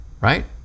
right